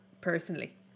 personally